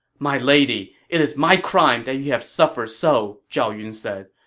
my lady, it is my crime that you have suffered so, zhao yun said.